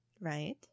Right